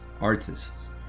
artists